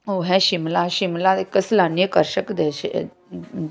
ਉਹ ਹੈ ਸ਼ਿਮਲਾ ਸ਼ਿਮਲਾ ਇਕ ਸੈਲਾਨੀ ਆਕਰਸ਼ਕ ਦ੍ਰਿਸ਼